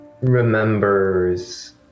remembers